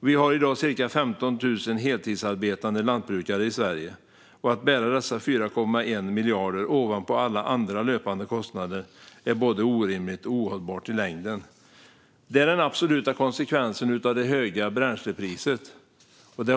Vi har i dag? cirka?15? 000 heltidsarbetande lantbrukare i Sverige. Att bära dessa 4,1 miljarder ovanpå alla andra löpande kostnader är både orimligt och ohållbart i längden". Detta är den absoluta konsekvensen av det höga bränslepriset.